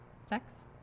sex